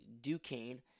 Duquesne